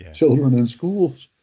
and children in schools,